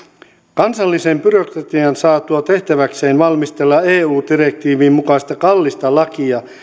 kansallisen byrokratian saatua tehtäväkseen valmistella eu direktiivin mukaista kallista lakia